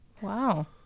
Wow